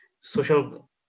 social